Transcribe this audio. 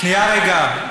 שנייה, רגע.